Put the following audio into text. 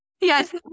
Yes